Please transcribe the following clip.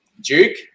Duke